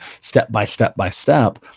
step-by-step-by-step